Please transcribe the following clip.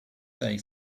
they